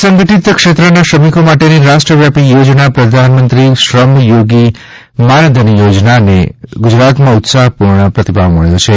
અસંગઠિત ક્ષેત્રના શ્રમિકો માટેની રાષ્ટ્ર વ્યાપી યોજના પ્રધાન મંત્રી શ્રમ યોગી માનધન યોજનાને ગુજરાતમાં ઉત્સાહ પૂર્ણ પ્રતિભાવ મળ્યો છે